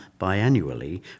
biannually